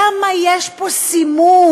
למה יש פה סימון?